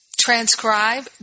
transcribe